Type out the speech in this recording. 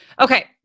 Okay